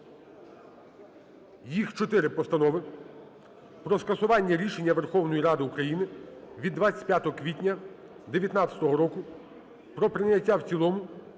їх чотири постанови: про скасування рішення Верховної Ради України від 25 квітня 2019 року про прийняття в цілому